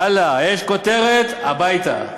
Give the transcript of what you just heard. הלאה, יש כותרת, הביתה.